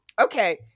Okay